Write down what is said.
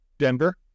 Denver